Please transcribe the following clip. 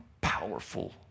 powerful